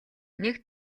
нэг